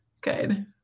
good